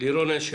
לירון אשל.